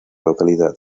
localidad